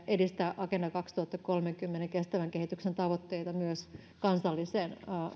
edistää agenda kaksituhattakolmekymmentän kestävän kehityksen tavoitteita myös